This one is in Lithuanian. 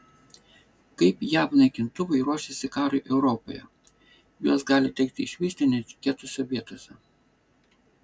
kaip jav naikintuvai ruošiasi karui europoje juos gali tekti išvysti netikėtose vietose